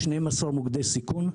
12 מוקדי סיכון,